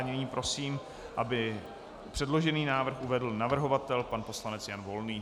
Nyní prosím, aby předložený návrh uvedl navrhovatel pan poslanec Jan Volný.